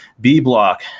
B-Block